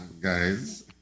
guys